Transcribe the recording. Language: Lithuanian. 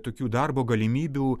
tokių darbo galimybių